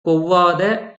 கொவ்வாத